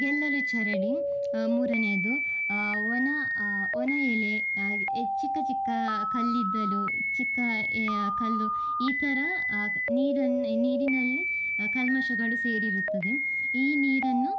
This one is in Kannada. ಗೆಲ್ಲಲು ಜರಡಿ ಮೂರನೆಯದ್ದು ಒಣ ಒಣ ಎಲೆ ಈ ಚಿಕ್ಕ ಚಿಕ್ಕ ಕಲ್ಲಿದ್ದಲು ಚಿಕ್ಕ ಎ ಕಲ್ಲು ಈ ಥರ ನೀರಿನಲ್ಲಿ ಕಲ್ಮಶಗಳು ಸೇರಿರುತ್ತದೆ ಈ ನೀರನ್ನು